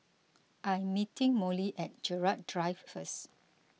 I am meeting Mollie at Gerald Drive first